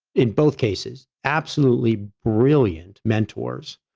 in both cases, absolutely brilliant mentors,